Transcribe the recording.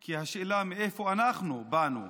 כי השאלה היא מאיפה אנחנו באנו.